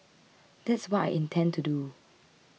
that's what I intend to do